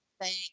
Thank